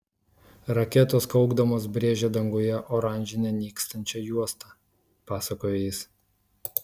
raketos kaukdamos brėžė danguje oranžinę nykstančią juostą pasakojo jis